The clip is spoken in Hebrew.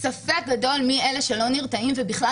ספק גדול מי הם אלו שלא נרתעים ובכלל